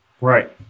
Right